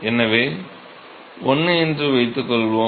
எனவே I என்று வைத்துக்கொள்வோம்